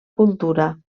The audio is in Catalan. cultura